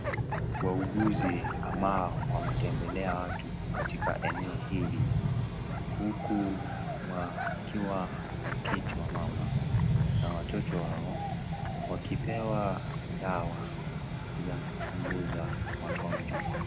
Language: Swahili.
Wahuguzi ama wametembelea watu katika eneo hili, huku wakiwa wameketi wamama na watoto wao wakipewa dawa za kupunguza magonjwa.